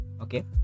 okay